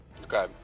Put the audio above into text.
Okay